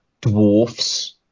dwarfs